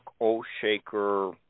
O'Shaker